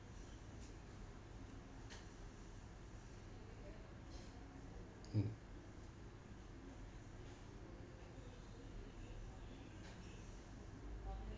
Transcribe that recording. mm